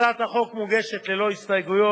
הצעת החוק מוגשת ללא הסתייגויות,